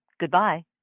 Goodbye